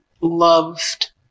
loved